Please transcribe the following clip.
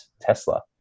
Tesla